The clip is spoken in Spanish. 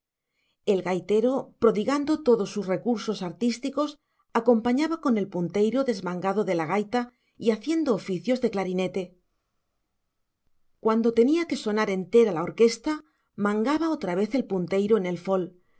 el gaitero prodigando todos sus recursos artísticos acompañaba con el punteiro desmangado de la gaita y haciendo oficios de clarinete cuando tenía que sonar entera la orquesta mangaba otra vez el punteiro en el fol